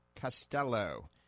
Costello